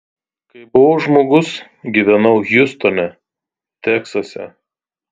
kai buvau žmogus gyvenau hjustone teksase